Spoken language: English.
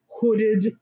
hooded